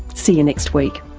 see you next week